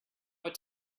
what